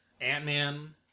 Ant-Man